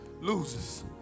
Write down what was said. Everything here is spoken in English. loses